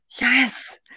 yes